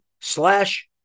slash